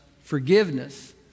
forgiveness